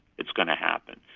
it's going to happen.